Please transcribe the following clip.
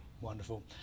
Wonderful